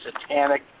satanic